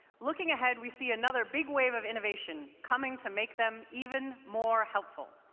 looking ahead, we see another big wave of innovation coming to make them even more helpful.